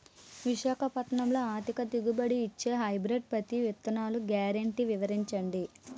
విశాఖపట్నంలో అధిక దిగుబడి ఇచ్చే హైబ్రిడ్ పత్తి విత్తనాలు గ్యారంటీ వివరించండి?